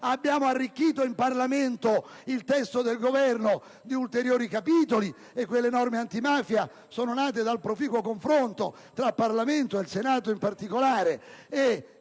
abbiamo arricchito il testo del Governo di ulteriori capitoli; le norme antimafia sono nate dal proficuo confronto tra Parlamento (il Senato, in particolare)